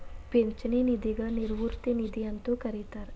ಪಿಂಚಣಿ ನಿಧಿಗ ನಿವೃತ್ತಿ ನಿಧಿ ಅಂತೂ ಕರಿತಾರ